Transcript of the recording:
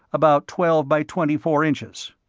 about twelve by twenty-four inches.